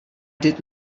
did